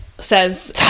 Says